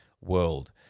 world